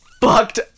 fucked